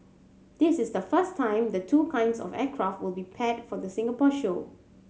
this is the first time the two kinds of aircraft will be paired for the Singapore show